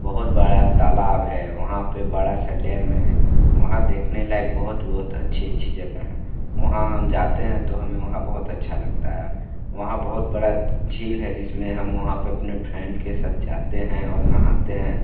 बहुत बड़ा तालाब हैं वहाँ पे बड़ा सा डैम है वहाँ देखने लायक बहुत बहुत अच्छी अच्छी जगह है वहाँ हम जाते हैं तो हमें वहाँ बहुत अच्छा लगता है वहाँ बहुत बड़ा झील है जिसमें हम वहाँ पे अपने फ्रेंड के साथ जाते हैं और नहाते हैं